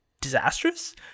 disastrous